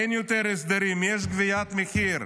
אין יותר הסדרים, יש גביית מחיר.